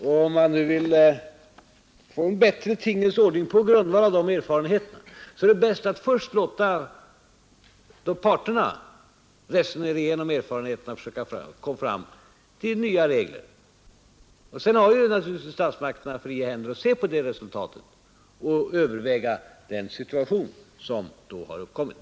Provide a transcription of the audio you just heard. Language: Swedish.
Om man vill få till stånd en bättre tingens ordning pa grundval av de då gjorda erfarenheterna är det bäst att först lata parterna resonera igenom erfarenheterna och försöka komma fram till nya regler. Sedan har naturligtvis statsmakterna fria hander att se på resultatet och överväga den situation som har uppkommit.